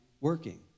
working